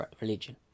religion